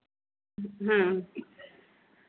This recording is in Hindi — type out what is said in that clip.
हाँ